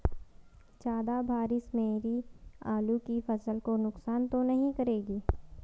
ज़्यादा बारिश मेरी आलू की फसल को नुकसान तो नहीं करेगी?